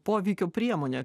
poveikio priemonė